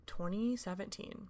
2017